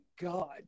God